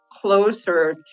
closer